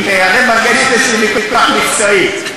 עם אראל מרגלית יש לי ויכוח מקצועי,